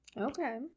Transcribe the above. okay